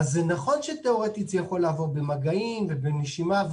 זה נכון שתיאורטית זה יכול לעבור במגעים ובנשימה,